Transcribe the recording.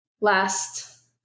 last